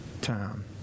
time